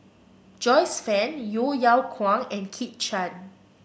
Joyce Fan Yeo Yeow Kwang and Kit Chan